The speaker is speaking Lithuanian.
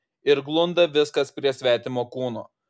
ir glunda viskas prie svetimo kūno